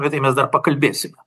apie tai mes dar pakalbėsime